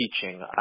teaching